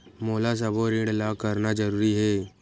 मोला सबो ऋण ला करना जरूरी हे?